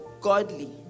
godly